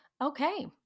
Okay